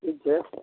ठीक छै